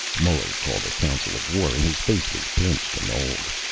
muller called a council of war, and his face was pinched and old.